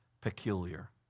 peculiar